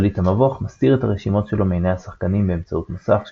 שליט המבוך מסתיר את הרשימות שלו מעייני השחקנים באמצעות מסך,